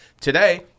Today